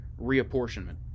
reapportionment